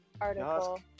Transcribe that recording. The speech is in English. article